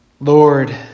Lord